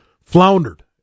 floundered